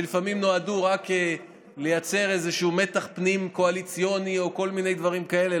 שלפעמים הן נועדו רק לייצר מתח פנים-קואליציוני או כל מיני דברים כאלה,